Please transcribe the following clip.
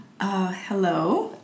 Hello